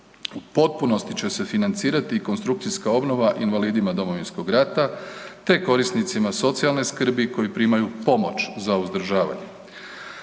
potpunosti će se financirati i konstrukcijska obnove i invalidima Domovinskog rata te korisnicima socijalne skrbi koji primaju pomoć za uzdržavanje.